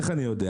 איך אני יודע?